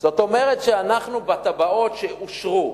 זאת אומרת שבתב"עות שאושרו,